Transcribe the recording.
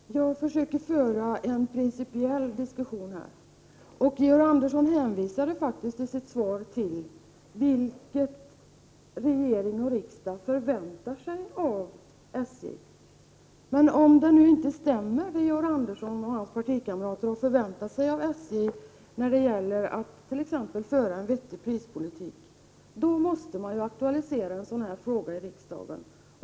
Fru talman! Jag försöker föra en principiell diskussion, och Georg Andersson hänvisade i sitt svar till vad regering och riksdag förväntar sig av SJ. Men om det nu inte stämmer, det som Georg Andersson och hans partikamrater har förväntat sig av SJ när det gäller att t.ex. föra en vettig prispolitik, måste en sådan här fråga aktualiseras i riksdagen.